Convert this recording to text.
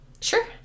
Sure